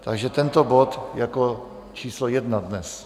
Takže tento bod jako číslo 1 dnes.